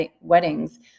weddings